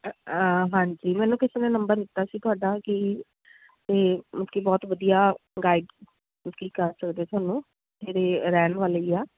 ਹਾਂਜੀ ਮੈਨੂੰ ਕਿਸੇ ਨੇ ਨੰਬਰ ਦਿੱਤਾ ਸੀ ਤੁਹਾਡਾ ਕਿ ਬਹੁਤ ਵਧੀਆ ਗਾਈਡ ਤੁਸੀਂ ਕਰ ਸਕਦੇ ਹੋ ਸਾਨੂੰ ਜਿਹੜੇ ਰਹਿਣ ਵਾਲੇ ਆ